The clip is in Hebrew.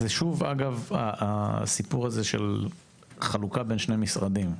זה שוב אגב הסיפור הזה של חלוקה בין שני משרדים,